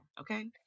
Okay